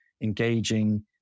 engaging